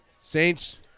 Saints